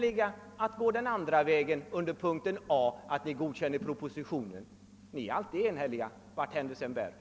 I dag är ni också enhälliga i ert tillstyrkande av propositionen. Ni är alltid enhälliga, varthän det sedan än bär.